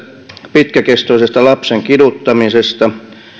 pitkäkestoisesta lapsen kiduttamisesta